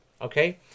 Okay